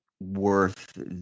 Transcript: worth